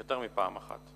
יותר מפעם אחת.